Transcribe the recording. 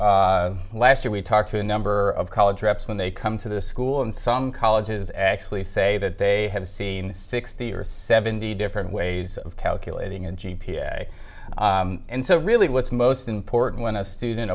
last year we talked to a number of college reps when they come to the school some colleges actually say that they have seen sixty or seventy different ways of calculating and g p a and so really what's most important when a student